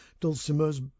dulcimers